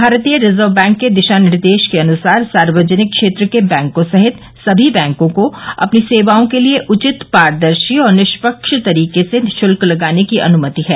भारतीय reserve bank के दिशानिर्देश के अनुसार सार्वजनिक क्षेत्र के बैंकों सहित सभी बैंकों को अपनी सेवाओं के लिए उचित पारदर्शी और निष्पक्ष तरीके से शुल्क लगाने की अनुमति है